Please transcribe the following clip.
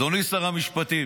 אדוני שר המשפטים,